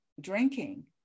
drinking